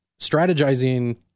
Strategizing